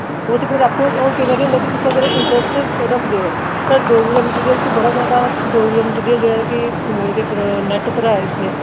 ओह् ते आपूं हून केईं बारी होंदा कि तुस अगर इंटरस्ट रखदे ओ साढ़ी डोगरी दा मटीरियल कि बड़ा जैदा डोगरी दा मटीरियल जेह्ड़ा ऐ कि ऐ कि एह्दे पर नैट्ट पर ऐ इसलै